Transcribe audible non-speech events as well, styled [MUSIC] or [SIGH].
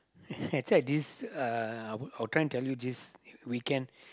[LAUGHS] actually right this uh actually I was trying to tell you this weekend